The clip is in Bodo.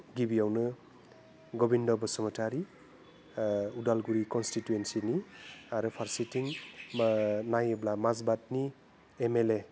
गिबियावनो गबिन्द' बसुमतारी अदालगुरि कनस्टिटुयेन्सिनि आरो फार्सेथिं मा नायोब्ला माजबातनि एमएलए